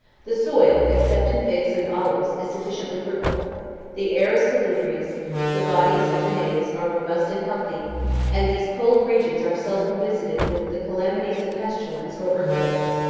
the soil, except in figs and olives, is sufficiently fruitful the air is salubrious the bodies of the natives are robust and healthy and these cold regions are seldom visited with the calamities of pestilence, or earthquakes.